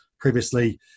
previously